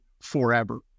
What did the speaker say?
forever